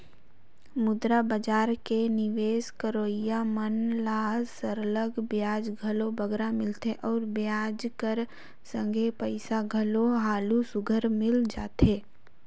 मुद्रा बजार में निवेस करोइया मन ल सरलग बियाज घलो बगरा मिलथे अउ बियाज कर संघे पइसा घलो हालु सुग्घर मिल जाथे